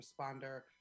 responder